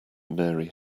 mary